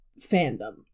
fandom